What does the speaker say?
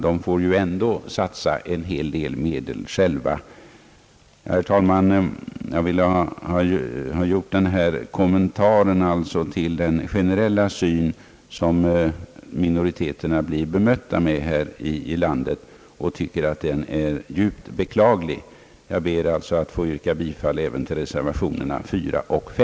De får ju ändå satsa en hel del medel själva. Herr talman! Jag ville göra denna kommentar till den generella synen på minoriteterna här i landet. Jag tycker att den är djupt beklaglig. Jag ber alltså att få yrka bifall även till reservationerna 4 och 3.